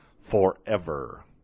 forever